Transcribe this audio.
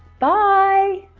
bye!